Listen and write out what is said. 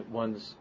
one's